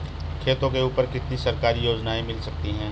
खेतों के ऊपर कितनी सरकारी योजनाएं मिल सकती हैं?